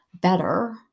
better